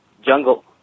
jungle